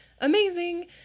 amazing